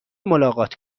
ملاقات